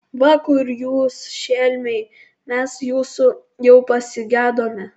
va kur jūs šelmiai mes jūsų jau pasigedome